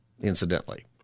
incidentally